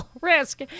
risk